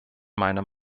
meiner